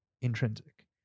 intrinsic